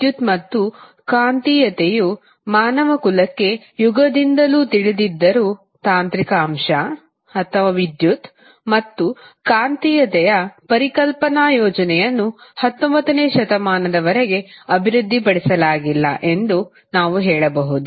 ವಿದ್ಯುತ್ ಮತ್ತು ಕಾಂತೀಯತೆಯು ಮಾನವಕುಲಕ್ಕೆ ಯುಗದಿಂದಲೂ ತಿಳಿದಿದ್ದರೂ ತಾಂತ್ರಿಕ ಅಂಶ ಅಥವಾ ವಿದ್ಯುತ್ ಮತ್ತು ಕಾಂತೀಯತೆಯ ಪರಿಕಲ್ಪನಾ ಯೋಜನೆಯನ್ನು 19ನೇ ಶತಮಾನದವರೆಗೆ ಅಭಿವೃದ್ಧಿಪಡಿಸಲಾಗಿಲ್ಲ ಎಂದು ನಾವು ಹೇಳಬಹುದು